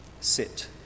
sit